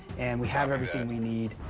and we have everything we need.